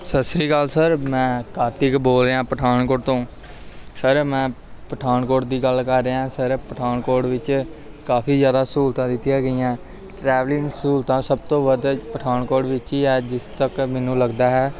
ਸਤਿ ਸ਼੍ਰੀ ਅਕਾਲ ਸਰ ਮੈਂ ਕਾਰਤਿਕ ਬੋਲ ਰਿਹਾ ਪਠਾਨਕੋਟ ਤੋਂ ਸਰ ਮੈਂ ਪਠਾਨਕੋਟ ਦੀ ਗੱਲ ਕਰ ਰਿਹਾ ਸਰ ਪਠਾਨਕੋਟ ਵਿੱਚ ਕਾਫ਼ੀ ਜ਼ਿਆਦਾ ਸਹੂਲਤਾਂ ਦਿੱਤੀਆਂ ਗਈਆਂ ਟਰੈਵਲਿੰਗ ਸਹੂਲਤਾਂ ਸਭ ਤੋਂ ਵੱਧ ਪਠਾਨਕੋਟ ਵਿੱਚ ਹੀ ਹੈ ਜਿਸ ਤੱਕ ਮੈਨੂੰ ਲੱਗਦਾ ਹੈ